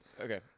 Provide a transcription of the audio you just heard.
okay